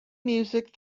music